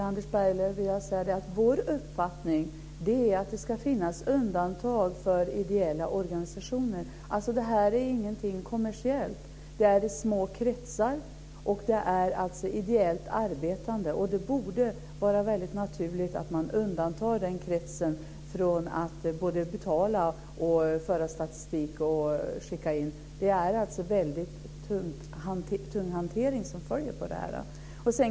Fru talman! Vår uppfattning är att det ska finnas undantag för ideella organisationer. Det är inget kommersiellt. Det rör sig om små kretsar och ideellt arbetande. Det borde vara naturligt att man undantar den kretsen både från att betala och föra statistik och skicka in. Det är en tung hantering som följer.